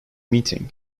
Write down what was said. meeting